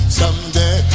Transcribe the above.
someday